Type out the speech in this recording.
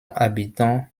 habitants